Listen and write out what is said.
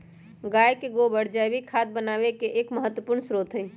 गाय के गोबर जैविक खाद बनावे के एक महत्वपूर्ण स्रोत हई